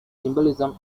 symbolism